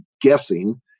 guessing